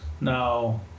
Now